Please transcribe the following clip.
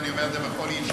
ואני אומר את זה בכל ישיבה,